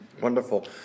Wonderful